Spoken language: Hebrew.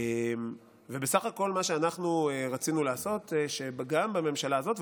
ובסך הכול מה שאנחנו רצינו לעשות גם בממשלה הזאת,